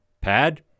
Pad